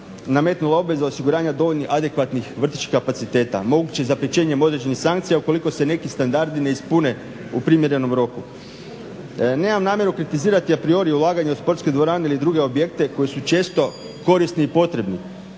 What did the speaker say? nametnula obveza osiguranja dovoljnih adekvatnih vrtićkih kapaciteta, moguće … /Govornik se ne razumije./… određenih sankcija ukoliko se neki standardi ne ispune u primjerenom roku. Nemam namjeru kritizirati a priori ulaganje u sportske dvorane ili druge objekte koji su često korisni i potrebni,